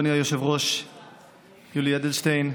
אדוני היושב-ראש יולי אדלשטיין,